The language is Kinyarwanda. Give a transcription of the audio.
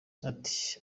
ati